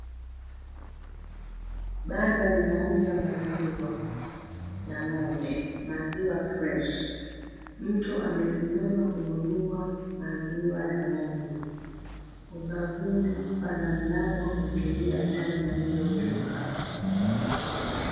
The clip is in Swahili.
Banda linauza maziwa ya ng'ombe, maziwa fresh . Mtu amesimama kununua maziwa ya ng'ombe. Ubavuni pana mlango wa kuingilia ndani ya hilo duka.